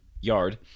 yard